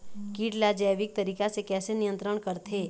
कीट ला जैविक तरीका से कैसे नियंत्रण करथे?